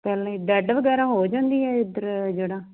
ਪਹਿਲਾਂ ਹੀ ਡੈਡ ਵਗੈਰਾ ਹੋ ਜਾਂਦੀ ਹੈ ਇੱਧਰ ਜੜ੍ਹਾਂ